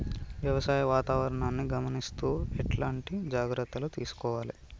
వ్యవసాయ వాతావరణాన్ని గమనిస్తూ ఎట్లాంటి జాగ్రత్తలు తీసుకోవాలే?